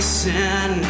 sin